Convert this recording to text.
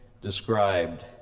described